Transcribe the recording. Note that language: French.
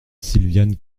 silviane